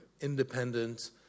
independent